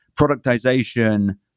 productization